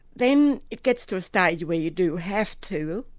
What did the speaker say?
then it gets to a stage where you do have to,